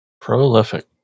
Prolific